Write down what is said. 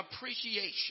appreciation